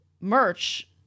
merch